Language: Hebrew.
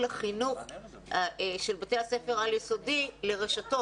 החינוך של בתי הספר על-יסודיים לרשתות.